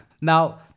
Now